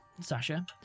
Sasha